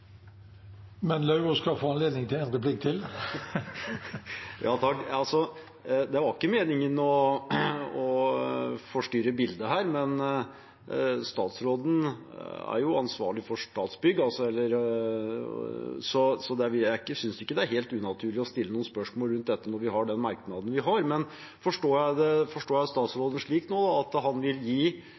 Men Lauvås skal få en replikk til. Ja takk. Det var ikke meningen å forstyrre bildet her, men statsråden er jo ansvarlig for Statsbygg, så jeg synes ikke det er helt unaturlig å stille noen spørsmål rundt dette når vi har den merknaden vi har. Forsto jeg statsråden riktig nå – at han vil gi